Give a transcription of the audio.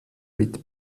mit